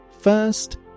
First